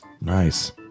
Nice